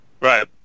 Right